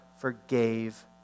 forgave